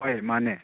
ꯍꯣꯏ ꯃꯥꯅꯦ